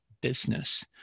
business